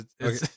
okay